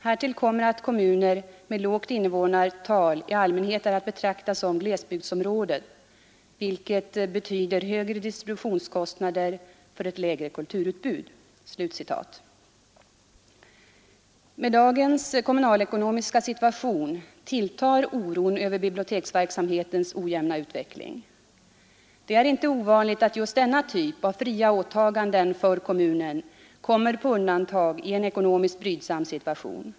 Härtill kommer att kommuner med lågt invånarantal i allmänhet är att beteckna som glesbygdsområden, vilket betyder högre distributionskostnader för ett lägre kulturutbud.” Med dagens kommunalekonomiska situation tilltar oron över biblioteksverksamhetens ojämna utveckling. Det är inte ovanligt att just denna typ av fria åtaganden för kommunen kommer på undantag i en ekonomiskt brydsam situation.